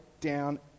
down